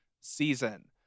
season